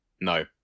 No